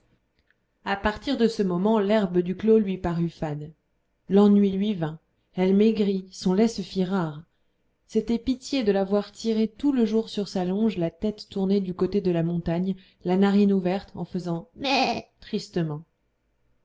à partir de ce moment l'herbe du clos lui parut fade l'ennui lui vint elle maigrit son lait se fit rare c'était pitié de la voir tirer tout le jour sur sa longe la tête tournée du côté de la montagne la narine ouverte en faisant mê tristement